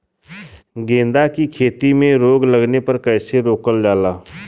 गेंदा की खेती में रोग लगने पर कैसे रोकल जाला?